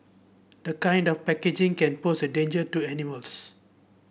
the kind of packaging can pose a danger to animals